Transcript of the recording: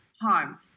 harm